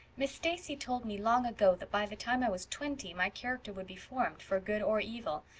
miss stacy told me long ago that by the time i was twenty my character would be formed, for good or evil.